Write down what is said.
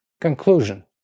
Conclusion